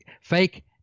fake